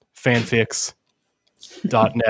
fanfix.net